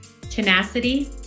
Tenacity